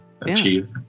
achieve